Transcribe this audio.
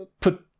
put